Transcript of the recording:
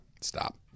Stop